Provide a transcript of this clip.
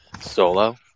solo